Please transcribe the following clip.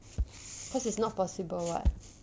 cause it's not possible [what]